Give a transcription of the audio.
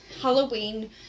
Halloween